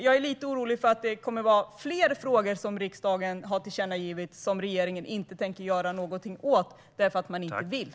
Jag är lite orolig för att det kommer att vara fler frågor som riksdagen har tillkännagivit som regeringen inte tänker göra något åt, därför att man inte vill.